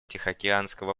тихоокеанского